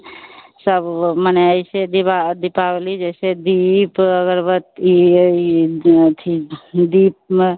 सब मनाया जैसे दिवा दीपावली जैसे दीप अगरबत्ती या थी दीप मा